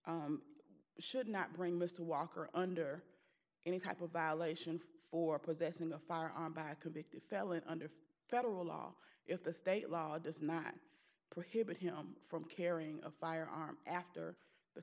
should not bring mr walker under any type of violation for possessing a firearm by a convicted felon under federal law if the state law does not prohibit him from carrying a firearm after the